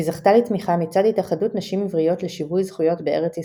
היא זכתה לתמיכה מצד התאחדות נשים עבריות לשיווי זכויות בארץ ישראל.